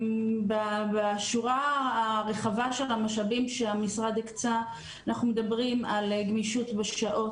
בשורה הרחבה של המשאבים שהמשרד הקצה אנחנו מדברים על גמישות בשעות,